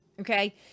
Okay